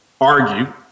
argue